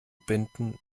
binden